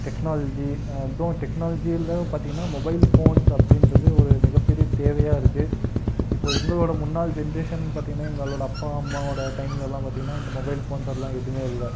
technology தோ டெக்னாலஜியில பார்த்தீங்கன்னா மொபைல் ஃபோன்ஸ் அப்படின்றது ஒரு மிக பெரிய தேவையாக இருக்குது இப்போது எங்களோடய முன்னாள் ஜெனரேஷன் பார்த்தீங்கன்னா எங்களோடய அப்பா அம்மாவோடய டைம்லலாம் பார்த்தீங்கன்னா இந்த மொபைல் ஃபோன்ஸ் அதலாம் எதுவுமே இல்லை